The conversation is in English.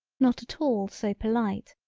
not at all so polite,